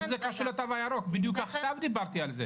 בדיוק עכשיו דיברתי על זה